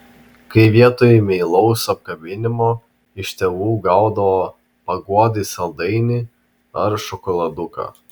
kai vietoj meilaus apkabinimo iš tėvų gaudavo paguodai saldainį ar šokoladuką